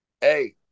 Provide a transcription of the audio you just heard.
hey